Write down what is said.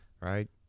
Right